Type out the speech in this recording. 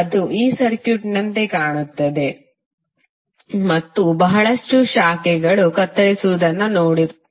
ಅದು ಈ ಸರ್ಕ್ಯೂಟ್ನಂತೆ ಕಾಣುತ್ತದೆ ಮತ್ತು ಬಹಳಷ್ಟು ಶಾಖೆಗಳು ಕತ್ತರಿಸುತ್ತಿರುವುದನ್ನು ನೋಡುತ್ತೀರಿ